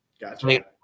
Gotcha